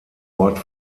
ort